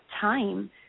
time